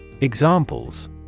Examples